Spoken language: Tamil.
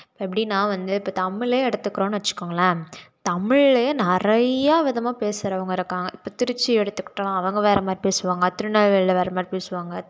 இப்போ எப்படின்னா வந்து இப்போ தமிழே எடுத்துக்கறோன்னு வச்சிக்கோங்களேன் தமிழ்லேயே நிறையா விதமாக பேசுகிறவங்க இருக்காங்க இப்போ திருச்சி எடுத்துக்கிட்டோம் அவங்க வேறே மாதிரி பேசுவாங்க திருநெல்வேலியில் வேறே மாதிரி பேசுவாங்க